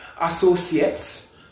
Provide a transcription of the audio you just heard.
associates